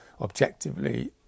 objectively